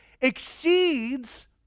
exceeds